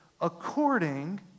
According